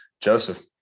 Joseph